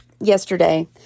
yesterday